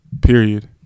Period